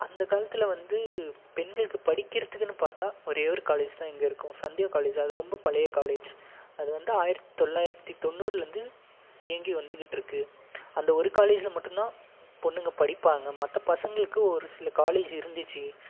அந்தக்காலத்தில் வந்து பெண்களுக்கு படிக்கிறத்துக்குன்னு பார்த்தா ஒரேயொரு காலேஜ் தான் இருக்கும் சந்தியா காலேஜ் அது ரொம்ப பழைய காலேஜ் அது வந்து ஆயிரத்தி தொள்ளாயிரத்தி தொண்ணூறுலருந்து இயங்கி வந்துகிட்டு இருக்குது அந்த ஒரு காலேஜில் மட்டுந்தான் பொண்ணுங்க படிப்பாங்க மற்ற பசங்களுக்கு ஒரு சில காலேஜ் இருந்திச்சு